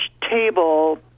table